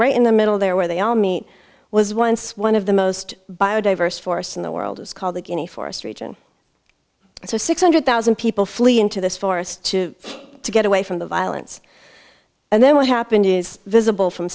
right in the middle there where they all meet was once one of the most biodiverse force in the world it's called the guinea forest region so six hundred thousand people flee into this forest to get away from the violence and then what happened is visible from